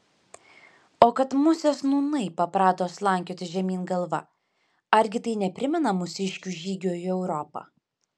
o kad musės nūnai paprato slankioti žemyn galva argi tai neprimena mūsiškių žygio į europą